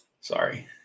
Sorry